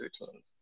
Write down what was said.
routines